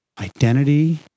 identity